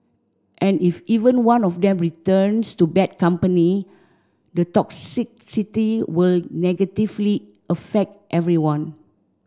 and if even one of them returns to bad company the toxicity will negatively affect everyone